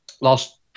last